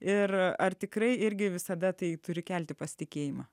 ir ar tikrai irgi visada tai turi kelti pasitikėjimą